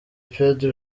pedro